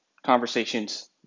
conversations